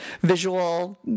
visual